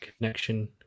connection